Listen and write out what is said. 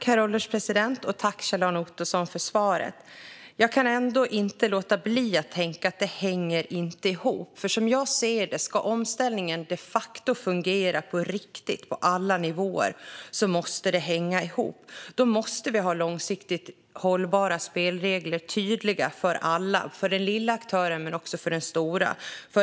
Herr ålderspresident! Tack, Kjell-Arne Ottosson, för svaret! Jag kan ändå inte låta bli att tänka att det inte hänger ihop. Som jag ser det måste det hänga ihop om omställningen de facto ska fungera på riktigt på alla nivåer. Då måste vi ha långsiktigt hållbara spelregler som är tydliga för alla, för den lilla aktören men också för den stora.